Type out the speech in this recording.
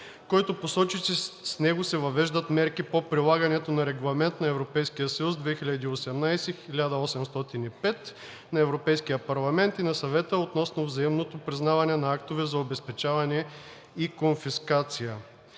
който посочи, че с него се въвеждат мерки по прилагането на Регламент (ЕС) 2018/1805 на Европейския парламент и на Съвета относно взаимното признаване на актове за обезпечаване и конфискация.